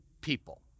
people